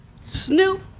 Snoop